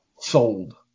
sold